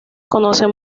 conocen